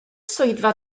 swyddfa